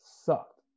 sucked